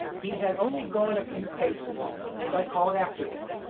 he had only gone a few paces, and i called after him.